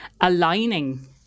aligning